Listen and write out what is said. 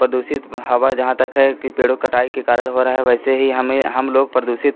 प्रदूषित हवा जहाँ तक है कि पेड़ों की कटाई के कारण हो रहा है वैसे ही हमें हम लोग प्रदूषित